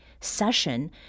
session